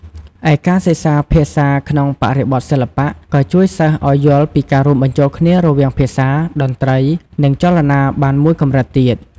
ឯ ការសិក្សាភាសាក្នុងបរិបទសិល្បៈក៏ជួយសិស្សឱ្យយល់ពីការរួមបញ្ចូលគ្នារវាងភាសា តន្ត្រី និងចលនាបានមួយកម្រិតទៀត។